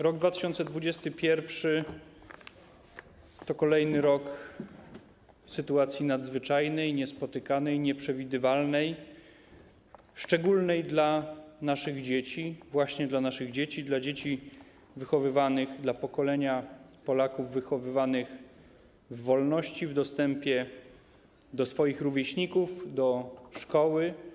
Rok 2021 to kolejny rok sytuacji nadzwyczajnej, niespotykanej, nieprzewidywalnej i szczególnej dla naszych dzieci, właśnie dla naszych dzieci, dla dzieci wychowywanych, dla pokolenia Polaków wychowywanych w wolności w dostępie do swoich rówieśników, do szkoły.